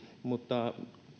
mutta